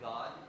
God